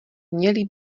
měly